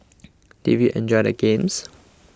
did we enjoy the games